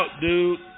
dude